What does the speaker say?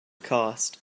cost